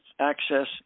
access